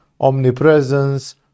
omnipresence